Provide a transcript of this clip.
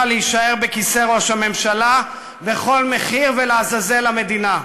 להישאר בכיסא ראש הממשלה בכל מחיר ולעזאזל המדינה.